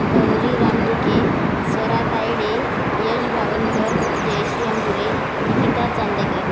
Gauri Ramteke Swara Tayade Yash Bawankar Jayashree Ambure Nikita Chandekar